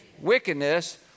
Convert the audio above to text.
Wickedness